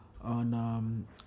on